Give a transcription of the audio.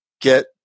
get